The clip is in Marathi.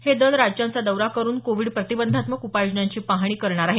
हे दल राज्यांचा दौरा करुन कोविड प्रतिबंधात्मक उपाययोजनांची पाहणी करणार आहेत